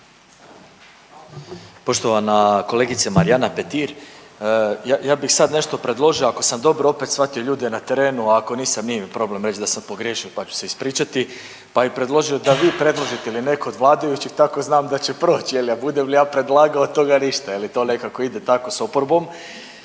Poštovana kolegice Marijana Petir, ja bih sad nešto predložio ako sam dobro opet shvatio ljude na terenu, a ako nisam nije mi problem reći da sam pogriješio, pa ću se ispričati, pa bi predložio da vi predložite ili neko od vladajućih, tako znam da će proći je li, a budem li ja predlagao od toga ništa je li, to nekako ide tako s oporbom.